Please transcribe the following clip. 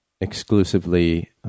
Exclusively